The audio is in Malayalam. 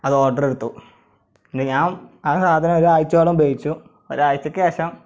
അത് ഓർഡറ് കൊടുത്തു പിന്നെ ഞാൻ ആ സാധനം ഒരാഴ്ചയോളം ഉപയോഗിച്ചു ഒരാഴ്ചക്ക് ശേഷം